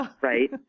right